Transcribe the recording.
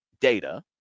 data